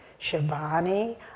Shivani